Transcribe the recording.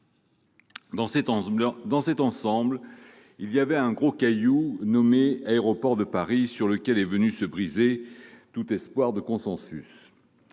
Dans cet ensemble, on trouvait un gros caillou nommé Aéroports de Paris, sur lequel est venu se briser tout espoir de consensus.